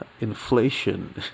inflation